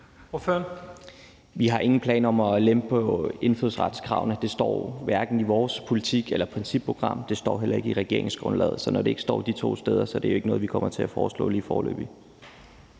Vi har ingen planer om at lempe på indfødsretskravene. Det står hverken i vores politik eller principprogram. Det står heller ikke i regeringsgrundlaget. Så når det ikke står de to steder, er det ikke noget, vi kommer til at foreslå lige foreløbig.